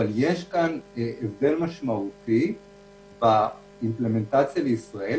אבל יש כאן הבדל משמעותי באימפלמנטציה לישראל,